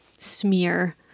smear